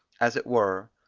as it were,